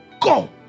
go